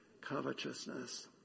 covetousness